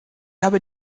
habe